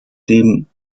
dem